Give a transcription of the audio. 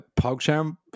PogChamp